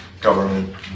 government